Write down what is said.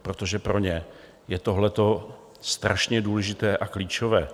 Protože pro ně je tohleto strašně důležité a klíčové.